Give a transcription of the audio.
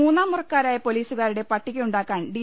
മൂന്നാം മുറക്കാരായ പൊലീസുകാരുടെ പട്ടിക്യുണ്ടാക്കാൻ ഡി